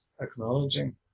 acknowledging